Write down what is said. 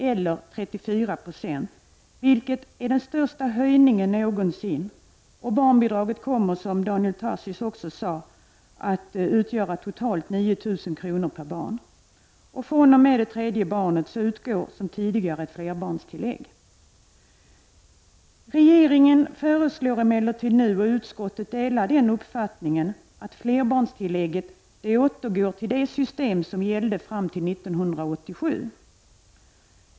eller 34 7, vilket är den största höjningen någonsin, och barnbidraget kommer, som Daniel Tarschys sade, att uppgå till 9 000 kr. per barn och år. fr.o.m. det tredje barnet utgår som tidigare ett flerbarnstillägg. Regeringen föreslår nu — och denna uppfattning delas av utskottet — att man återgår till det system för flerbarnstillägg som gällde fram till 1987.